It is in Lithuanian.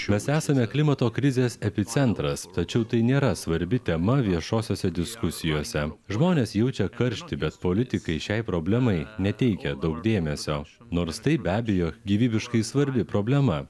mes esame klimato krizės epicentras tačiau tai nėra svarbi tema viešosiose diskusijose žmonės jaučia karštį bet politikai šiai problemai neteikia daug dėmesio nors tai be abejo gyvybiškai svarbi problema